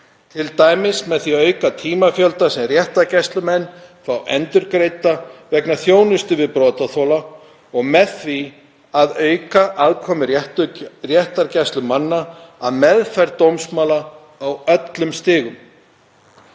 t.d. með því að auka tímafjölda sem réttargæslumenn fá endurgreidda vegna þjónustu við brotaþola og með því að auka aðkomu réttargæslumanna að meðferð dómsmála á öllum stigum.